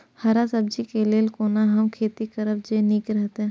हरा सब्जी के लेल कोना हम खेती करब जे नीक रहैत?